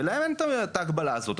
ולהם אין את ההגבלה הזאת.